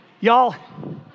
y'all